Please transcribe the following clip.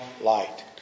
light